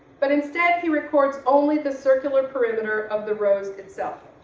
but instead he reports only the circular perimeter of the rose itself.